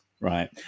Right